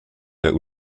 der